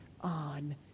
on